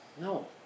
No